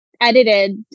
edited